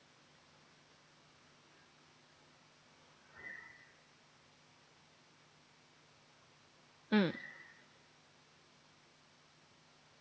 mm